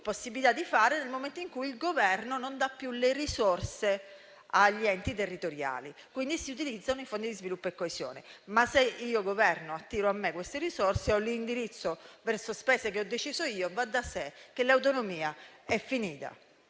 possibilità di fare nel momento in cui il Governo non dà più loro le risorse. Quindi si utilizzano i fondi di sviluppo e coesione. Se però io Governo attirò a me queste risorse o le indirizzo verso spese che ho deciso io va da sé che l'autonomia è finita.